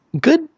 Good